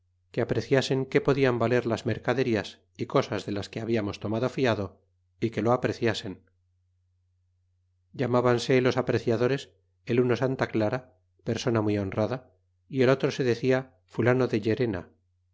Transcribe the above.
que apreciasen que podian valer las mercaderías y cosas de las que hablamos tomado fiado y que lo apreciasen llamábanse los apreciadores el uno santa clara persona muy honrada y el otro se decía fulano de llerena y